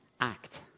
act